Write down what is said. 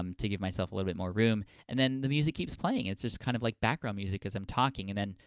um to give myself a little bit more room. and then, the music keeps playing. it's just kind of like background music as i'm talking. and then,